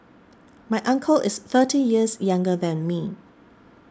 my uncle is thirty years younger than me